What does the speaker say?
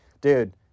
dude